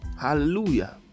Hallelujah